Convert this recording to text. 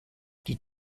die